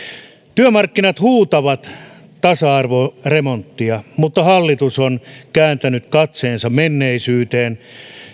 työmarkkinat huutavat tasa arvoremonttia mutta hallitus on kääntänyt katseensa menneisyyteen